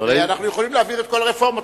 ואנחנו יכולים להעביר את כל הרפורמות.